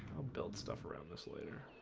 build stuff around this later.